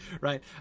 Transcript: right